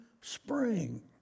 spring